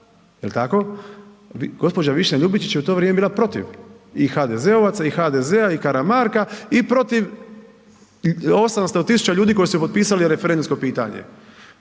jel tako, gđa. Višnja Ljubičić je u to vrijeme bila protiv i HDZ-ovaca i HDZ-a i Karamarka i protiv 800 000 ljudi koji su potpisali referendumsko pitanje,